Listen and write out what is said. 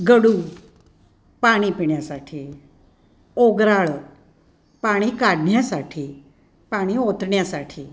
गडू पाणी पिण्यासाठी ओगराळं पाणी काढण्यासाठी पाणी ओतण्यासाठी